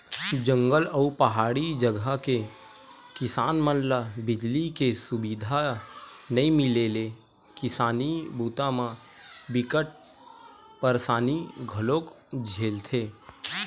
जंगल अउ पहाड़ी जघा के किसान मन ल बिजली के सुबिधा नइ मिले ले किसानी बूता म बिकट परसानी घलोक झेलथे